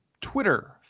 Twitter